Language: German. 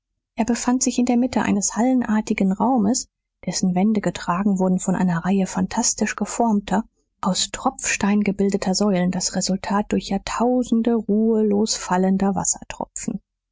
er befand sich in der mitte eines hallenartigen raumes dessen wände getragen wurden von einer reihe phantastisch geformter aus tropfstein gebildeter säulen das resultat durch jahrtausende ruhelos fallender wassertropfen